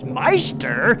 meister